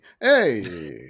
hey